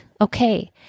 Okay